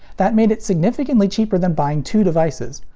that made it significantly cheaper than buying two devices.